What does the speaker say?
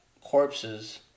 corpses